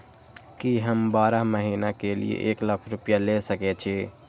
की हम बारह महीना के लिए एक लाख रूपया ले सके छी?